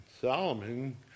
Solomon